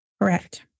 Correct